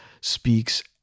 speaks